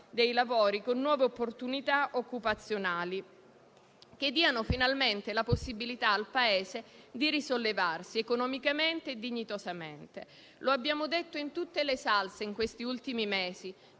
dei lavori con nuove opportunità occupazionali, che diano finalmente la possibilità al Paese di risollevarsi economicamente e dignitosamente. Lo abbiamo detto in tutte le salse in questi ultimi mesi: